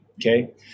okay